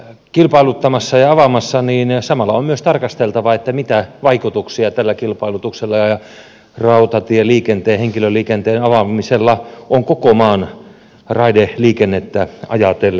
kun ollaan avaamassa kilpailulle niin samalla on myös tarkasteltava mitä vaikutuksia tällä kilpailutuksella ja rautatieliikenteen henkilöliikenteen avaamisella on koko maan raideliikennettä ajatellen